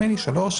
שלוש,